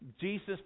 Jesus